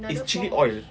it's chilli oil